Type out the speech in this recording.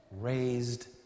raised